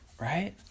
right